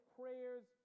prayers